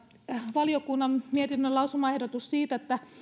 valiokunnan mietinnön lausumaehdotus siitä että